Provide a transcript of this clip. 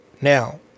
Now